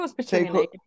Take